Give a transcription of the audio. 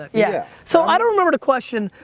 yeah. so, i don't remember the question.